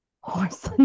horse